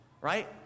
Right